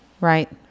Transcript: right